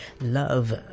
love